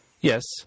Yes